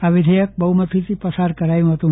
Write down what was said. આ વિધેયક બહુમતીથી પસાર કરાયું હતું